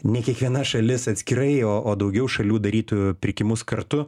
ne kiekviena šalis atskirai o o daugiau šalių darytų pirkimus kartu